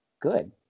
good